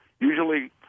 usually